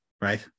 Right